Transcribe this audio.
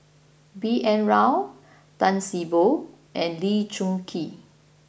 B N Rao Tan See Boo and Lee Choon Kee